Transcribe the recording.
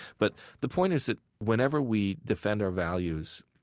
but the point is that whenever we defend our values